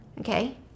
Okay